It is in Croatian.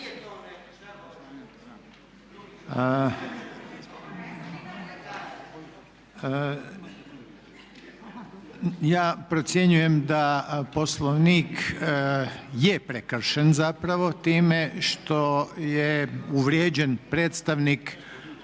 Ja procjenjujem da Poslovnik je prekršen zapravo time što je uvrijeđen predstavnik